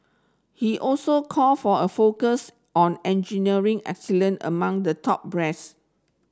he also called for a focus on engineering excellence among the top brass